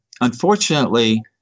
unfortunately